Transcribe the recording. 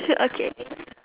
okay